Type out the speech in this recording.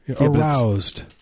Aroused